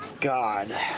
god